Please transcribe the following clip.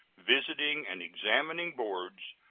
visiting and examining boards,